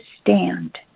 stand